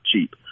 cheap